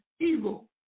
evil